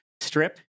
strip